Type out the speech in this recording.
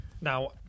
Now